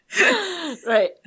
Right